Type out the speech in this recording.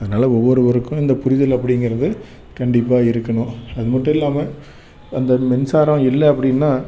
அதனால ஒவ்வொருவருக்கும் இந்த புரிதல் அப்படிங்கறது கண்டிப்பாக இருக்கணும் அது மட்டும் இல்லாமல் அந்த மின்சாரம் இல்லை அப்படின்னா